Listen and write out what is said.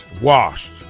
Washed